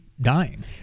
dying